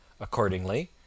Accordingly